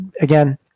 again